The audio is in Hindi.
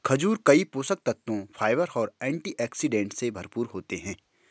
खजूर कई पोषक तत्वों, फाइबर और एंटीऑक्सीडेंट से भरपूर होते हैं